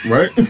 Right